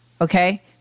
okay